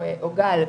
או גל,